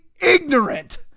ignorant